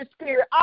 Spirit